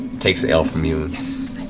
takes the ale from you.